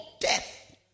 death